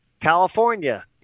California